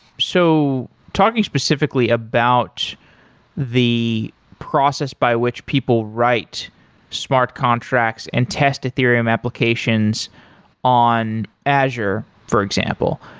so talking specifically about the process by which people write smart contracts and test ethereum applications on asher for example.